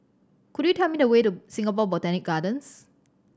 could you tell me the way to Singapore Botanic Gardens